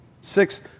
Six